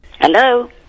Hello